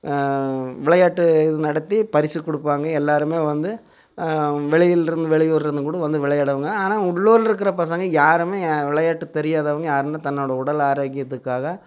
விளையாட்டு இது நடத்தி பரிசுக் கொடுப்பாங்க எல்லோருமே வந்து வெளியிலேருந்து வெளியூரிலிருந்து கூட வந்து விளையாடுவாங்க ஆனால் உள்ளூரில் இருக்கிற பசங்க யாருமே விளையாட்டு தெரியாதவங்க யாருமே தன்னோடய உடல் ஆரோக்கியத்துக்காக